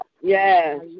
Yes